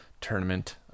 tournament